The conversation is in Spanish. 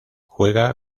juega